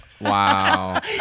Wow